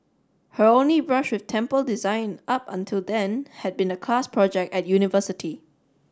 her only brush with temple design up until then had been a class project at university